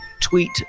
tweet